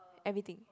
everything